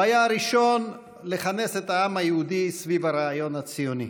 הוא היה הראשון שכינס את העם היהודי סביב הרעיון הציוני.